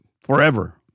forever